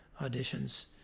auditions